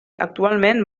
actualment